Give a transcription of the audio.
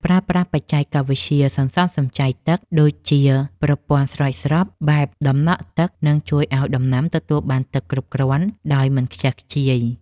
ប្រើប្រាស់បច្ចេកវិទ្យាសន្សំសំចៃទឹកដូចជាប្រព័ន្ធស្រោចស្រពបែបដំណក់ទឹកនឹងជួយឱ្យដំណាំទទួលបានទឹកគ្រប់គ្រាន់ដោយមិនខ្ជះខ្ជាយ។